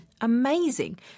Amazing